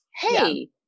hey